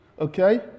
Okay